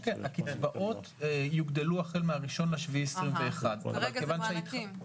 הקצבאות יוגדלו החל מה-1 ביולי 2021. אז כרגע זה מענקים.